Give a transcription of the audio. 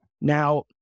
Now